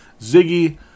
Ziggy